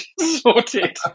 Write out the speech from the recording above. Sorted